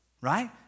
Right